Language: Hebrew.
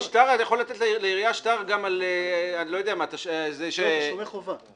כי אתה יכול לתת לעירייה שטר גם על --- תשלומי חובה.